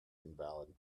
invalid